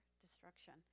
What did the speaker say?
destruction